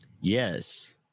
Yes